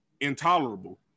intolerable